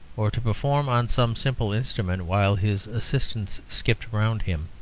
or to perform on some simple instrument while his assistants skipped around him,